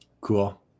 Cool